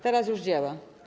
Teraz już działa.